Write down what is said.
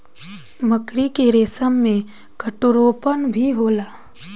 मकड़ी के रेसम में कठोरपन भी होला